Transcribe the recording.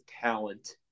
talent